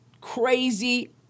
crazy